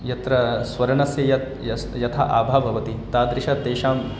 यत्र स्वर्णस्य यत् या यथा आभा भवति तादृशी तेषां